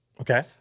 Okay